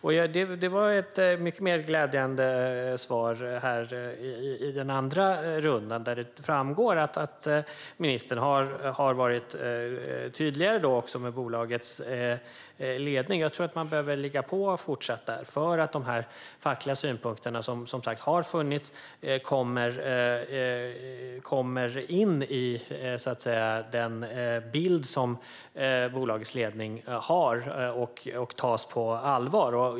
Jag fick ett mycket mer glädjande svar i ministerns andra inlägg, där det framgår att ministern har varit tydligare mot bolagets ledning. Jag tror att man fortsatt behöver ligga på där för att de fackliga synpunkter som har funnits kommer in i den bild som bolagets ledning har och tas på allvar.